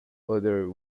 other